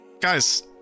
Guys